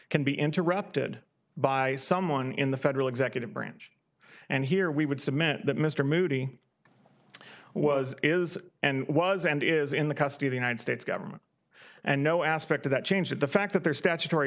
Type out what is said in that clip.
can be interrupted by someone in the federal executive branch and here we would submit that mr moody was is and was and is in the custody of the united states government and no aspect of that change the fact that there statutory